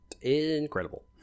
Incredible